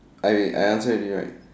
I I answer every right